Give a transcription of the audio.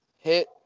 hit